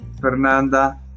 Fernanda